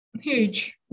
Huge